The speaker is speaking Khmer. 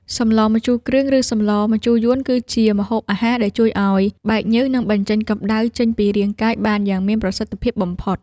សម្លម្ជូរគ្រឿងឬសម្លម្ជូរយួនគឺជាម្ហូបអាហារដែលជួយឱ្យបែកញើសនិងបញ្ចេញកម្តៅចេញពីរាងកាយបានយ៉ាងមានប្រសិទ្ធភាពបំផុត។